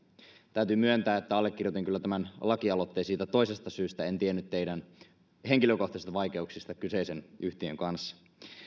täytyy myöntää että allekirjoitin kyllä tämän lakialoitteen siitä toisesta syystä en tiennyt teidän henkilökohtaisista vaikeuksistanne kyseisen yhtiön kanssa